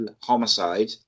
homicide